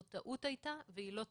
זאת הייתה טעות והיא לא תחזור.